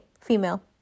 female